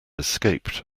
escaped